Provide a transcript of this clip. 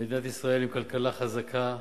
מדינת ישראל עם כלכלה חזקה,